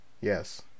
Yes